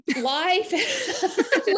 life